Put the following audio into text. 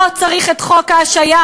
לא צריך את חוק ההשעיה-הדחה,